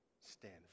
stand